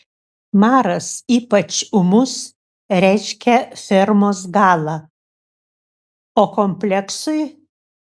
maras ypač ūmus reiškia fermos galą o kompleksui